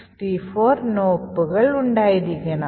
64 നോപ്പുകൾ ഉണ്ടായിരിക്കണം